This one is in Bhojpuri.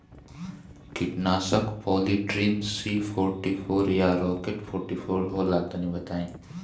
कीटनाशक पॉलीट्रिन सी फोर्टीफ़ोर या राकेट फोर्टीफोर होला तनि बताई?